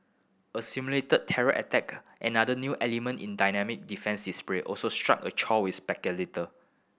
a simulated terror attack another new element in dynamic defence display also struck a chord with spectator